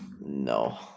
No